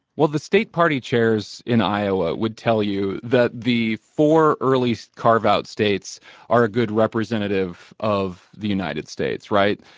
well, the state party chairs in iowa would tell you that the four early carve-out states are a good representative of the united states, right?